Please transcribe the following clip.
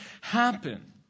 happen